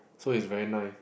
so is very nice